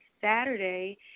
Saturday